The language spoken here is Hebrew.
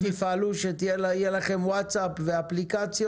ואתם תפעלו כדי שיהיו לכם וואטסאפ ואפליקציות?